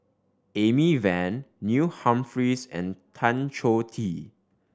Amy Van Neil Humphreys and Tan Choh Tee